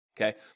okay